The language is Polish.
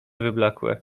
wyblakłe